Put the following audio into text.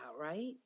right